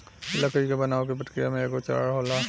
लकड़ी के बनावे के प्रक्रिया में एगो चरण होला